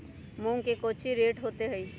मूंग के कौची रेट होते हई?